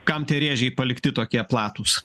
kam tie rėžiai palikti tokie platūs